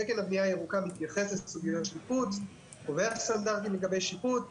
תקן הבנייה הירוקה מתייחס לסוגיות שיפוץ וקובע סטנדרטים לגבי שיפוץ.